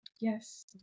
yes